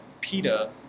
PETA